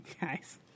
guys